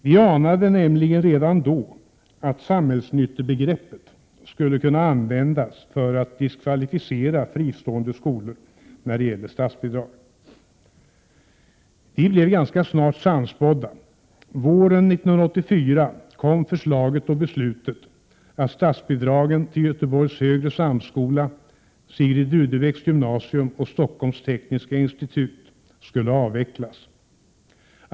Vi anande nämligen redan då, att samhällsnyttebegreppet skulle kunna användas för att diskvalificera fristående skolor när det gäller statsbidrag. Vi blev ganska snart sannspådda. Våren 1984 kom förslaget och beslutet att statsbidragen till Göteborgs högre samskola, Sigrid Rudebecks gymnasium och Stockholms Tekniska Institut skulle avvecklas.